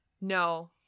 No